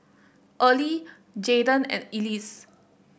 Earley Jaden and Ellis